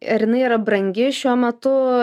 ar jinai yra brangi šiuo metu